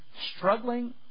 struggling